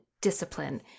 discipline